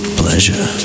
pleasure